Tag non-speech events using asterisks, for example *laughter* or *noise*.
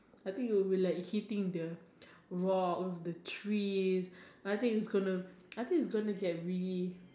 I think it would be like hitting the *breath* rock of the trees I think it's gonna I think it's gonna get really